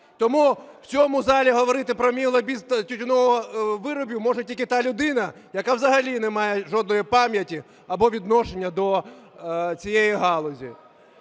Тому в цьому залі говорити про мій лобізм до тютюнових виробів може тільки та людина, яка взагалі не має жодної пам'яті, або відношення до цієї галузі.